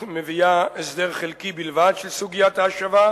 מביאה הסדר חלקי בלבד של סוגיית ההשבה,